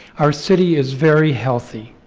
our city is very healthy.